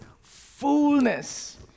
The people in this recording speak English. fullness